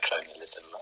colonialism